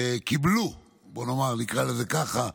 שקיבלו, בואו נאמר, נקרא לזה ככה,